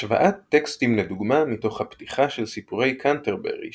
השוואת טקסטים לדוגמה מתוך הפתיחה של סיפורי קנטרברי